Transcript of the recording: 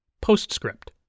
Postscript